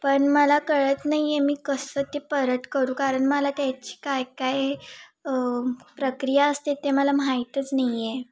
पण मला कळत नाही आहे मी कसं ते परत करू कारण मला त्याची काय काय प्रक्रिया असते ते मला माहीतच नाही आहे